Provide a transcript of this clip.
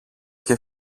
και